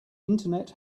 internet